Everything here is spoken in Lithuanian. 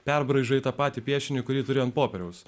perbraižė tą patį piešinį kurį turi ant popieriaus